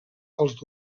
els